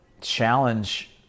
challenge